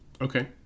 Okay